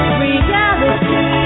reality